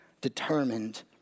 determined